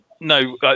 no